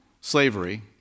slavery